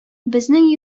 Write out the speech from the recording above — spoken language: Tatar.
безнең